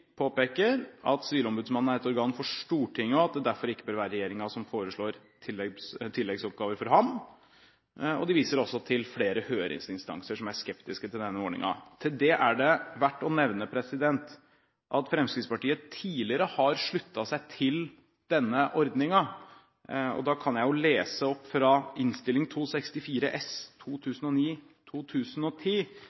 påpeker at «Sivilombudsmannen er et organ for Stortinget, og det bør derfor ikke være regjeringen som foreslår tilleggsoppgaver for ham», og de viser også til at flere høringsinstanser er skeptiske til denne ordningen. Til det er det verdt å nevne at Fremskrittspartiet tidligere har sluttet seg til denne ordningen, og da kan jeg jo lese opp fra Innst. 264 S